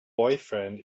boyfriend